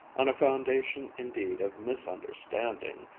on a foundation indeed of misunderstanding,